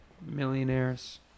millionaires